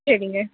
சரிங்க